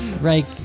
Right